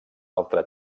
altre